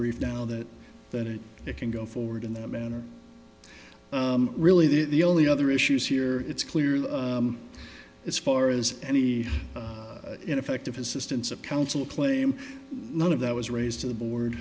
brief now that that it can go forward in that manner really the only other issues here it's clear as far as any ineffective assistance of counsel claim none of that was raised to the board